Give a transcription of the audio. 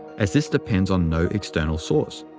as this depends on no external source.